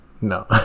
No